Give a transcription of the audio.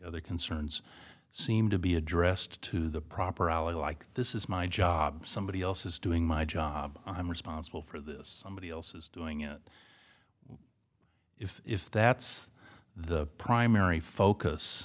other concerns seem to be addressed to the proper like this is my job somebody else is doing my job i'm responsible for this somebody else is doing it if that's the primary focus